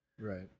Right